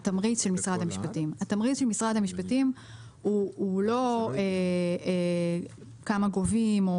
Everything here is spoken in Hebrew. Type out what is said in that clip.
התמריץ של משרד המשפטים הוא לא כמה גובים.